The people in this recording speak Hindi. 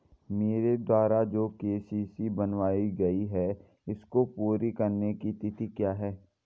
मेरे द्वारा जो के.सी.सी बनवायी गयी है इसको पूरी करने की तिथि क्या है?